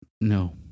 No